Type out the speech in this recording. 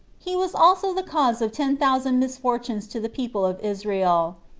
he was also the cause of ten thousand misfortunes to the people of israel.